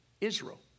Israel